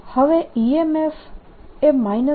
હવે EMF એ dϕdt હશે